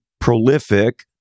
prolific